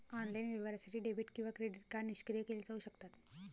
online व्यवहारासाठी debit किंवा credit card निष्क्रिय केले जाऊ शकतात